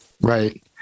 right